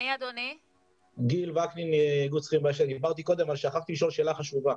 דיברתי קודם, אבל שכחתי לשאול שאלה חשובה.